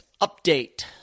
update